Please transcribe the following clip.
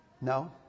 No